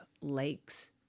lakes